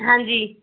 ਹਾਂਜੀ